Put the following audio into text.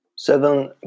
Seven